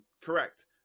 Correct